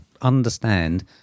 understand